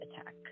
attack